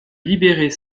libérer